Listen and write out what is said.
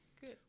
Good